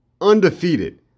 undefeated